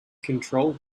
control